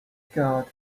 guard